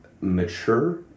mature